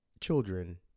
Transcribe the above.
children